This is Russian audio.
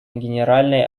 генеральной